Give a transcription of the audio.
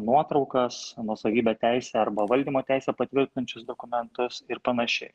nuotraukas nuosavybe teisę arba valdymo teisę patvirtinančius dokumentus ir panašiai